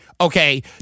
Okay